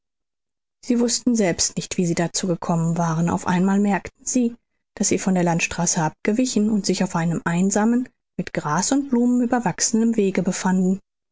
sie wußten selbst nicht wie sie dazu gekommen waren auf einmal merkten sie daß sie von der landstraße abgewichen und sich auf einem einsamen mit gras und blumen überwachsenen wege befanden